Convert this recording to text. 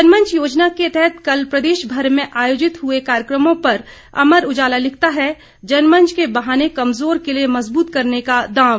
जन मंच योजना के तहत कल प्रदेश भर में आयोजित कार्यक्रम पर अमर उजाला लिखता है जन मंच के बहाने कमजोर किले मजबूत करने का दांव